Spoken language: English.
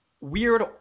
weird